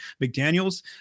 McDaniels